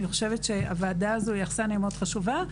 אני חושבת שהוועדה הזו היא אכסניה חשובה מאוד,